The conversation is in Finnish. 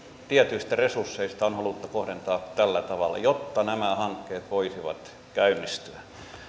tietyistä resursseista on haluttu kohdentaa tällä tavalla jotta nämä hankkeet voisivat käynnistyä